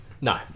No